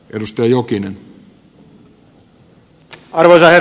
arvoisa herra puhemies